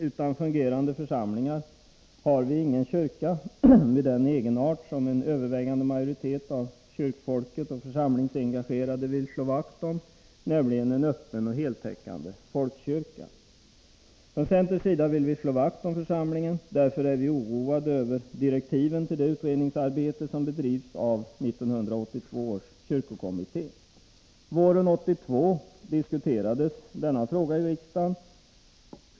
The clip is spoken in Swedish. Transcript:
Utan fungerande församlingar har vi ingen kyrka med den egenart som en övervägande majoritet av kyrkfolket och församlingsengagerade vill slå vakt om, nämligen en öppen och heltäckande folkkyrka. Från centerns sida vill vi slå vakt om församlingen. Därför är vi oroade över direktiven till det utredningsarbete som 1982 års kyrkokommitté bedriver. Våren 1982 diskuterades denna fråga i riksdagen.